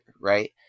right